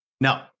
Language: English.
No